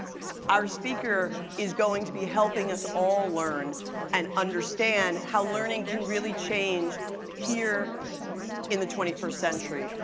our speaker is going to be helping us all learn and understand how learning can really change here in the twenty first century,